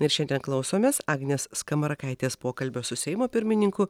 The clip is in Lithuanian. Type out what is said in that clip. na ir šiandien klausomės agnės skamarakaitės pokalbio su seimo pirmininku